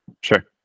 sure